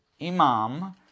imam